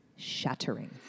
shattering